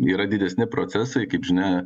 yra didesni procesai kaip žinia